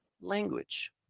language